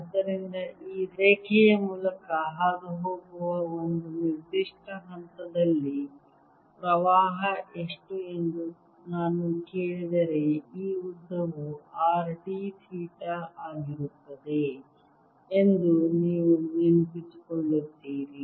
ಆದ್ದರಿಂದ ಈ ರೇಖೆಯ ಮೂಲಕ ಹಾದುಹೋಗುವ ಒಂದು ನಿರ್ದಿಷ್ಟ ಹಂತದಲ್ಲಿ ಪ್ರವಾಹ ಎಷ್ಟು ಎಂದು ನಾನು ಕೇಳಿದರೆ ಈ ಉದ್ದವು R d ಥೀಟಾ ಆಗಿರುತ್ತದೆ ಎಂದು ನೀವು ನೆನಪಿಸಿಕೊಳ್ಳುತ್ತೀರಿ